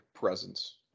presence